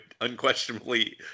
unquestionably